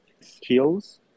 skills